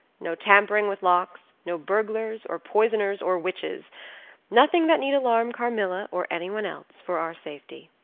no tampering with locks, no burglars, or poisoners, or witches nothing that need alarm carmilla, or anyone else, for our safety.